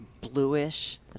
bluish